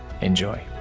enjoy